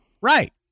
Right